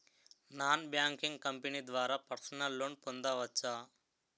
Non banking company ద్వారా personal loan పొందవచ్చా?